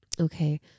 Okay